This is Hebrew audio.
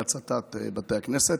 של חבר הכנסת בוסו לגבי הצתת בתי הכנסת.